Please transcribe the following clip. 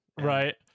Right